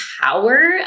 power